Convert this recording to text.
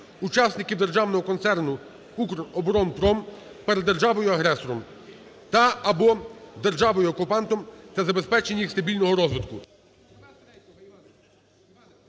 учасників Державного концерну "Укроборонпром" перед державою-агресором та/або державою окупантом та забезпечення їх стабільного розвитку